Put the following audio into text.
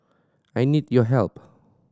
I need your help